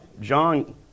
John